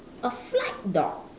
a flight dog